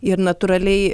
ir natūraliai